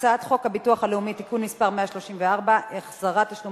אני קובעת שחוק שירות ביטחון (הוראת שעה)